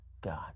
God